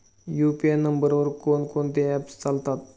UPI नंबरवर कोण कोणते ऍप्स चालतात?